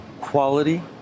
quality